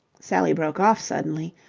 sally broke off suddenly.